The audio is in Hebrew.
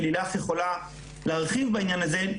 ולילך יכולה להרחיב בעניין הזה,